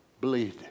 bleed